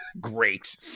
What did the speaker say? Great